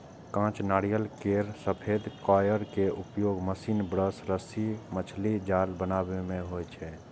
कांच नारियल केर सफेद कॉयर के उपयोग महीन ब्रश, रस्सी, मछलीक जाल बनाबै मे होइ छै